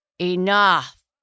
Enough